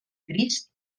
crist